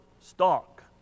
stock